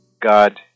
God